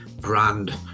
brand